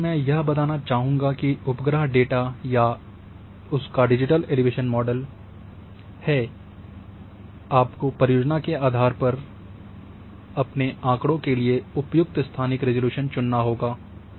अंतिम में मैं यह बताना चाहुँगा की उपग्रह डेटा या उसका डिजिटल एलिवेशन मॉडल है में से आपको परियोजना के आधार पर आपको अपने आँकड़ों के लिए उपयुक्त स्थानिक रिज़ॉल्यूशन चुनना होगा